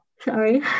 Sorry